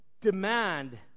demand